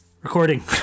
recording